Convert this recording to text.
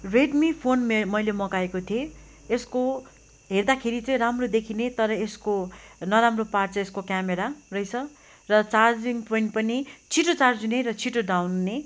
Redmi phone मे मैले मगाएको थिएँ यसको हेर्दाखेरि चाहिँ राम्रो देखिने तर यसको नराम्रो पार्ट चाहिँ यसको क्यामेरा रहेछ र चार्जिङ पोइन्ट पनि छिटो चार्ज हुने र छिटो डाउन हुने